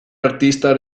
artista